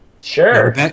Sure